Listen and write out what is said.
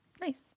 Nice